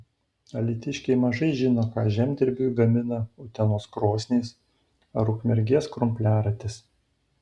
alytiškiai mažai žino ką žemdirbiui gamina utenos krosnys ar ukmergės krumpliaratis